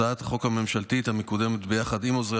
הצעת החוק הממשלתית מקודמת יחד עם עוזרי